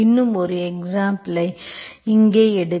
இன்னும் ஒரு எக்ஸாம்பிள்ஐ இங்கே எடுத்த